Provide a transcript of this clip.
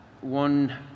one